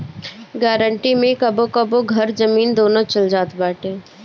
guarantee मे कबो कबो घर, जमीन, दूनो चल जात बाटे